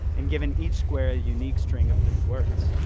and given each square a unique string of three words.